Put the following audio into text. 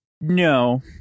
no